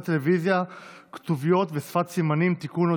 טלוויזיה (כתוביות ושפת סימנים) (תיקון,